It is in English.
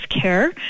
care